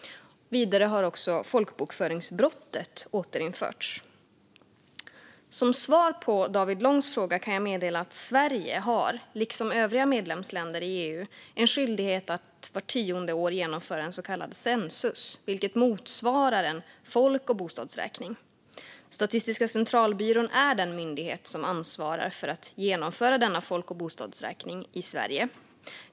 Vidare har folkbokföringsbrottet återinförts. Som svar på David Långs fråga kan jag meddela att Sverige liksom övriga medlemsländer i EU har en skyldighet att vart tionde år genomföra en så kallad Census, vilket motsvarar en folk och bostadsräkning. Statistiska centralbyrån är den myndighet som ansvarar för att genomföra denna folk och bostadsräkning i Sverige.